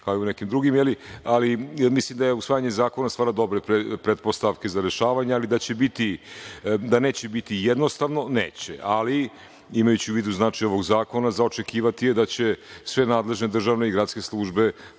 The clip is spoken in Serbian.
kao i u nekim, ali misli da usvajanje zakona stvara dobre pretpostavke za rešavanja, ali da neće biti jednostavno, neće. Ali, imajući u vidu značaj ovog zakona za očekivati je da će sve nadležne, državne gradske službe